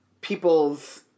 people's